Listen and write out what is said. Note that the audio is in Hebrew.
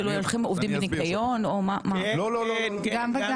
עובדי ניקיון, או גם וגם.